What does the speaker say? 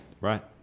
Right